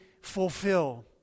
fulfill